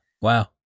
wow